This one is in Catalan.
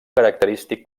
característic